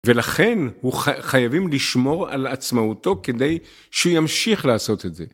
ולכן חייבים לשמור על עצמאותו כדי שהוא ימשיך לעשות את זה.